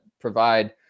provide